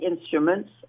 instruments